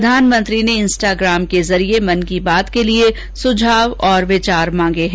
प्रधानमंत्री ने इंस्टाग्राम के जरिये मन की बात के लिए सुझाव और विचार मांगे हैं